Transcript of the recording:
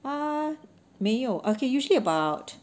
uh 没有 okay usually about